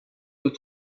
aux